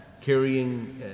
carrying